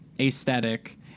aesthetic